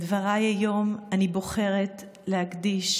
את דבריי היום אני בוחרת להקדיש